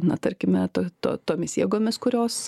na tarkime tu to tomis jėgomis kurios